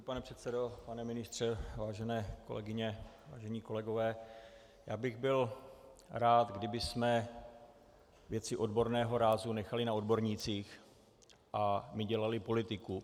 Pane předsedo, pane ministře, vážené kolegyně, vážení kolegové, já bych byl rád, kdybychom věci odborného rázu nechali na odbornících a my dělali politiku.